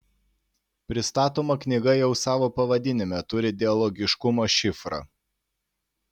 pristatoma knyga jau savo pavadinime turi dialogiškumo šifrą